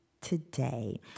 Today